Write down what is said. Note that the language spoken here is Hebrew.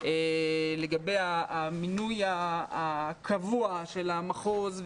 לגבי המינוי הקבוע של המחוז,